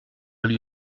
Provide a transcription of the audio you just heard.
lui